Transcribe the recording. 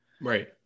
Right